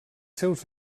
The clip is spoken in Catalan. seus